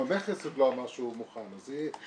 המכס עוד לא אמר שהוא מוכן -- לא,